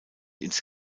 ins